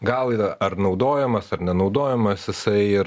gal yra ar naudojamas ar nenaudojamas jisai ir